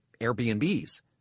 Airbnbs